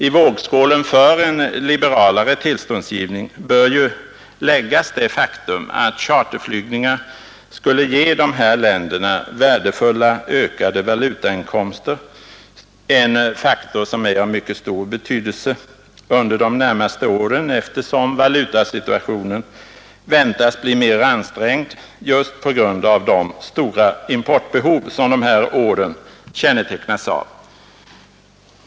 I vågskålen för en liberalare tillståndsgivning bör ju också läggas det faktum att charterflygningarna skulle ge dessa länder värdefulla, ökade valutainkomster, en faktor som beräknas vara av mycket stor betydelse under de närmaste åren, eftersom dessa länders valutasituation väntas bli mer ansträngd just på grund av de stora importbehov som dessa år kännetecknas av.